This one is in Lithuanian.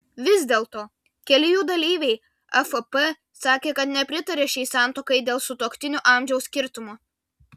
vis dėlto keli jų dalyviai afp sakė kad nepritaria šiai santuokai dėl sutuoktinių amžiaus skirtumo